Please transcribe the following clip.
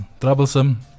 troublesome